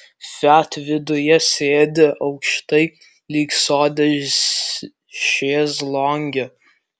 fiat viduje sėdi aukštai lyg sode šezlonge